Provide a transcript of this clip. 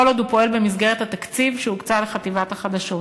כל עוד הוא פועל במסגרת התקציב שהוקצה לחטיבת החדשות.